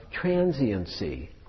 transiency